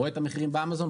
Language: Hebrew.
רואה את המחירים באמזון,